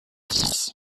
dix